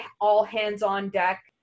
all-hands-on-deck